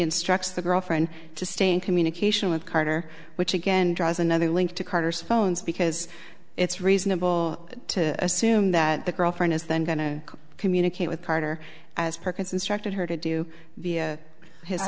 instructs the girlfriend to stay in communication with carter which again draws another link to carter's phones because it's reasonable to assume that the girlfriend is then going to communicate with carter as perkins instructed her to do